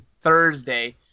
Thursday